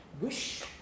wish